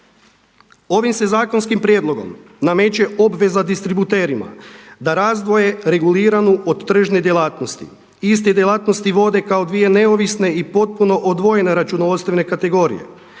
Ovim se zakonskim prijedlogom nameće obveza distributerima da razdvoje reguliranu od tržne djelatnosti. Iste djelatnosti vode kao dvije neovisne i potpuno odvojene računovodstvene kategorije,